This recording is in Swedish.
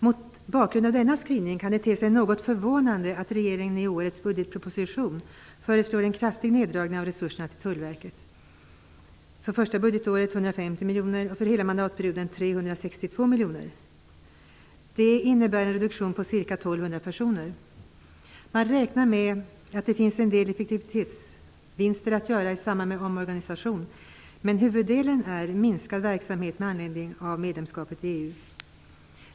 Mot bakgrund av denna skrivning kan det te sig något förvånande att regeringen i årets budgetproposition föreslår en kraftig neddragning av resurserna till Tullverket. För första budgetåret är det en neddragning på 150 miljoner. För hela mandatperioden är det en neddragning på 362 miljoner. Det innebär en reduktion på ca 1 200 personer. Man räknar med att det finns en del effektivitetsvinster att göra i samband med en omorganisation, men huvudsakligen blir det en minskad verksamhet med anledning av medlemskapet i EU.